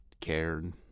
cared